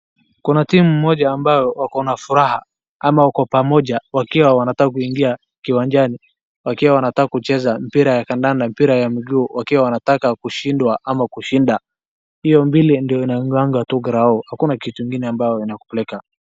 Kuna timu moja ambayo wako na furaha, ama wako pamoja wakiwa wanataka kuingia uwanjani wakiwa wanataka kucheza mpira ya kandanda, mpira ya miguu wakiwa wanataka kushinda ama kushinda, hiyo mbili ndo inakuanga tu grao hakuna kitu ingine ambayo inakupeleka.